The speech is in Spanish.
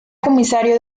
comisario